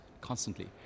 constantly